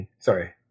sorry